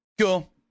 cool